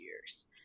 years